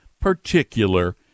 particular